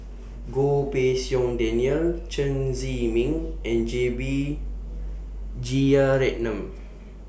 Goh Pei Siong Daniel Chen Zhiming and J B Jeyaretnam